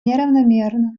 неравномерно